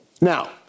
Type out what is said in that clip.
Now